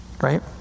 Right